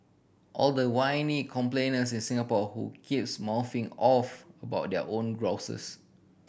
all the whiny complainers in Singapore who keeps mouthing off about their own grouses